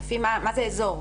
מה זה אזור?